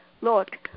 Lord